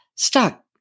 Stuck